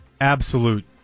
absolute